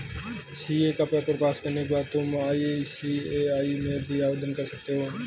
CA का paper pass करने के बाद तुम आई.सी.ए.आई में भी आवेदन कर सकते हो